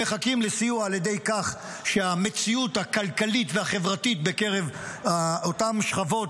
הם מחכים לסיוע על ידי כך שהמציאות הכלכלית והחברתית בקרב אותן שכבות,